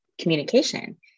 communication